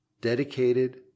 dedicated